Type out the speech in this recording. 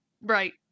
Right